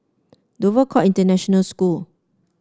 Dover Court International School